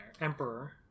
Emperor